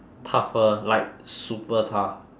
tougher like super tough